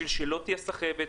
כדי שלא תהיה סחבת,